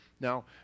Now